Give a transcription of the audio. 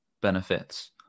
benefits